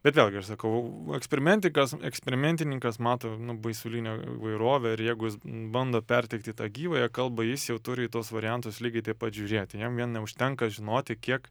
bet vėlgi aš sakau eksperimentikas eksperimentininkas mato nu baisulinę įvairovę ir jeigu jis bando perteikti tą gyvąją kalbą jis jau turi į tuos variantus lygiai taip pat žiūrėti jam vien neužtenka žinoti kiek